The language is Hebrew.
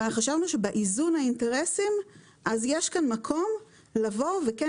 אבל חשבנו שבאיזון האינטרסים יש כאן מקום לבוא וכן